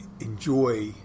enjoy